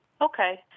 Okay